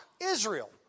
Israel